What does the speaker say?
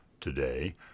Today